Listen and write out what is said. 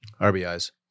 RBI's